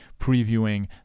previewing